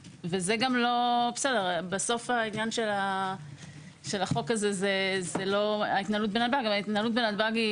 בסוף העניין של החוק הזה זאת לא ההתנהלות בנתב"ג.